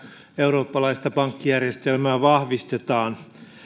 eurooppalaista pankkijärjestelmää vahvistetaan